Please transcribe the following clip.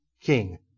king